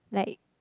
like